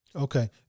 Okay